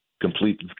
complete